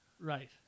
right